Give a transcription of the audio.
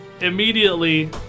immediately